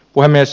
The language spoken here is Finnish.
puhemies